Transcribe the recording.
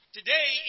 Today